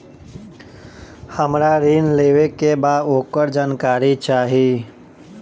हमरा ऋण लेवे के बा वोकर जानकारी चाही